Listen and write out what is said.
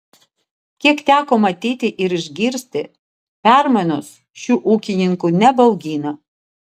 kiek teko matyti ir išgirsti permainos šių ūkininkų nebaugina